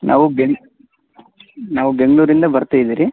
ನಾವು ಬೆಂಗ್ ನಾವು ಬೆಂಗಳೂರಿಂದ ಬರ್ತೀವಿ ರೀ